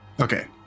Okay